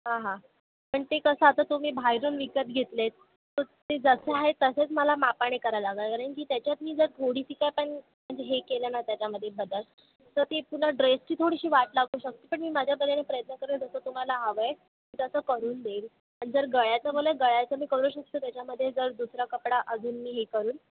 हां हां पण ते कसं आता तुम्ही बाहेरून विकत घेतले आहेत तर ते जसे आहेत तसेच मला मापाने करावं लागंल कारण की त्याच्यात मी जर थोडीशी काय पण मी हे केलं ना त्याच्यामध्ये बदल तर ती पुन्हा ड्रेसची थोडीशी वाट लागू शकते पण मी माझ्यापरीने प्रयत्न करील जसं तुम्हाला हवं आहे तसं करून देईल आणि जर गळ्याचं बोललात गळ्याचं मी करू शकते त्याच्यामध्ये जर दुसरा कपडा अजून मी हे करून